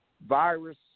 virus